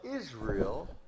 Israel